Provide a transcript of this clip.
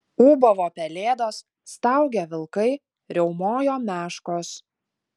ūbavo pelėdos staugė vilkai riaumojo meškos